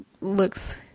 looks